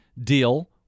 deal